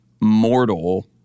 mortal